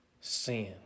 sin